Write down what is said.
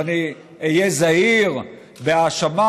אני אהיה זהיר בהאשמה,